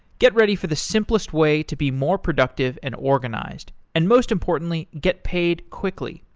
get ready for the simplest way to be more productive and organized. and most importantly, get paid quickly.